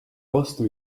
vastu